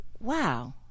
Wow